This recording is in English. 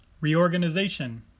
reorganization